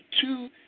two